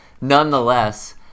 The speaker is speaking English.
nonetheless